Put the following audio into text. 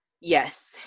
yes